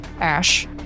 Ash